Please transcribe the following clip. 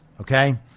Okay